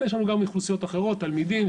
יש לנו גם אוכלוסיות אחרות: תלמידים,